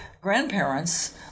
grandparents